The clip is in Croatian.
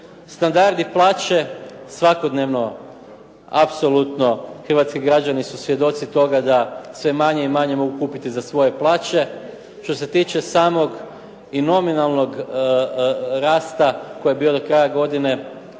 Standard i plaće svakodnevno apsolutno hrvatski građani su svjedoci toga da sve manje i manje mogu kupiti za svoje plaće. Što se tiče samog i nominalnog rasta koji je bio do kraja godine,